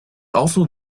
also